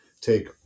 take